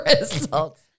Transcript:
results